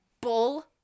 bull